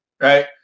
Right